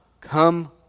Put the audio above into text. come